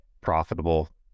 profitable